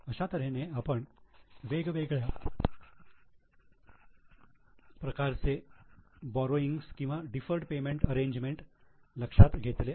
अशा तऱ्हेने आपण वेगवेगळ्या प्रकारचे बोरोइंग्स किंवा डिफर्ड पेमेंट अरेंजमेंट लक्षात घेतले आहेत